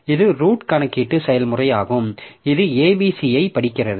இது ரூட் கணக்கீட்டு செயல்முறையாகும் இது abc ஐ படிக்கிறது